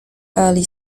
early